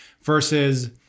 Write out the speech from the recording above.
versus